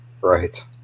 right